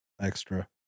Extra